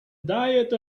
diet